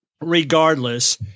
Regardless